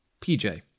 PJ